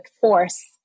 force